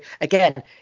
again